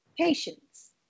Patience